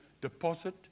deposit